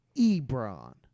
Ebron